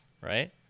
right